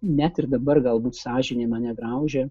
net ir dabar galbūt sąžinė mane graužia